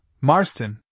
Marston